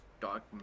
dark